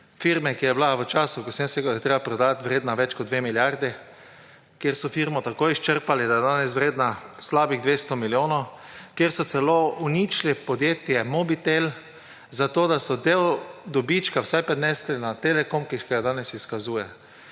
firme, ki je bila v času, ko sem rekel, da jo je treba prodati, vredna več kot dve milijardi, kjer so firmo tako izčrpali, da je danes vredna slabih 200 milijonov, kjer so celo uničili podjetje Mobitel, zato da so del dobička vsaj prinesli na Telekom, ki ga danes izkazuje.